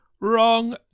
Wrong